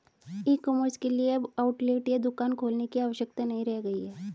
ई commerce के लिए अब आउटलेट या दुकान खोलने की आवश्यकता नहीं रह गई है